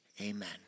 Amen